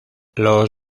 los